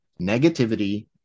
negativity